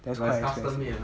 thats why I say